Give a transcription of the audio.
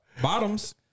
bottoms